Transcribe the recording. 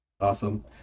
Awesome